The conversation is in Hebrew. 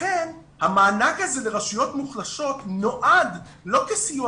לכן המענק הזה לרשויות מוחלשות נועד לא כסיוע